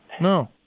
No